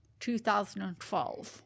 2012